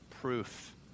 proof